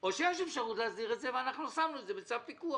או יש אפשרות להסדיר את זה ושמנו את זה בצו פיקוח.